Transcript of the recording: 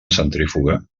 centrífuga